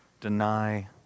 deny